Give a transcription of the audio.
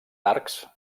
arcs